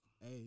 Hey